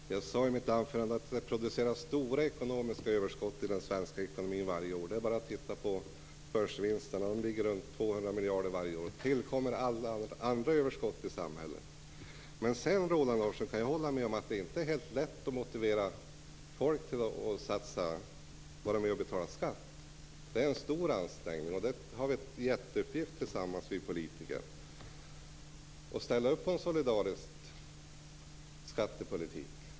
Fru talman! Jag sade i mitt anförande att det produceras stora ekonomiska överskott i den svenska ekonomin varje år. Det är bara att titta på börsvinsterna. De ligger runt 200 miljarder varje år. Till det tillkommer alla andra överskott i samhället. Men jag kan hålla med om, Roland Larsson, att det inte är helt lätt att motivera folk att vara med och betala skatt. Det är en stor ansträngning. Vi politiker har tillsammans en jätteuppgift att ställa upp på en solidarisk skattepolitik.